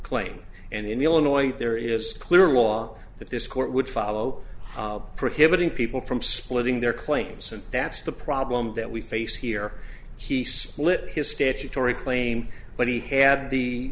claim and in illinois there is a clear wall that this court would follow prohibiting people from splitting their claims and that's the problem that we face here he split his statutory claim but he had the